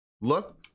Look